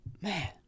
Man